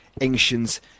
Ancients